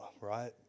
right